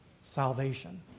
salvation